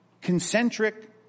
concentric